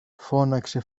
φώναξε